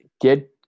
get